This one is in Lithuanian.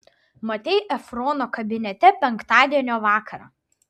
matei efrono kabinete penktadienio vakarą